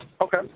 Okay